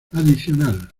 adicional